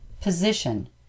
Position